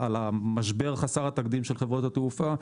המשבר חסר התקדים של חברות התעופה,